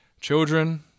children